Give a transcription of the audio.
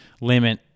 limit